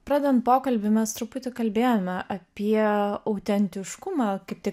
pradedant pokalbį mes truputį kalbėjome apie autentiškumą kaip tik